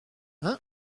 hein